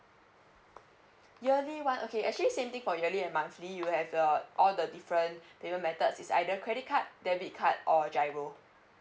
yearly one okay actually same thing for yearly and monthly you have uh all the different payment methods is either credit card debit card or giro